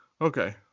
Okay